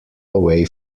away